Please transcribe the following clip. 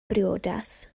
briodas